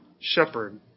shepherd